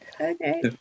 Okay